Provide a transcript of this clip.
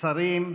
זיכרונו לברכה,